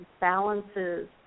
balances